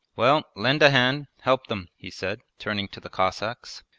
well, lend a hand, help them he said, turning to the cossacks.